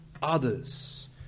Others